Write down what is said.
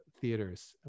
theaters